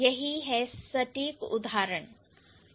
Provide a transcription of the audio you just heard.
यही सटीक उदाहरण है